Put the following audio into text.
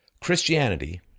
Christianity